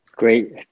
Great